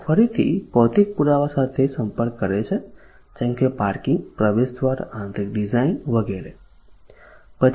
ગ્રાહક ફરીથી ભૌતિક પુરાવાઓ સાથે સંપર્ક કરે છે જેમ કે પાર્કિંગ પ્રવેશદ્વાર આંતરિક ડિઝાઇન વગેરે વગેરે